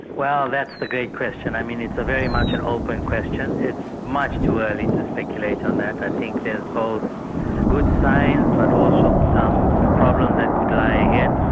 well that's the great question. i mean it's very much an open question. it's much too early to speculate on that. i think there's both good signs but also problems that could lie ahead.